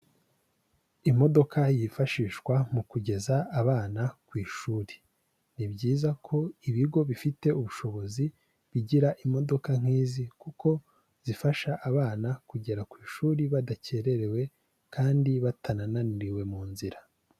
Imodoka yifashishwa mu kugeza abana ku ishuri. Ni byiza ko ibigo bifite ubushobozi, bigira imodoka nk'izi kuko zifasha abana kugera ku ishuri badakererewe kandi batanananiriwe mu nzira.